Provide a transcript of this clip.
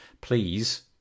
Please